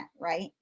right